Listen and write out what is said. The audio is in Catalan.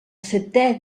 seté